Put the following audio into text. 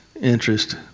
interest